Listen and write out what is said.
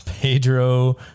Pedro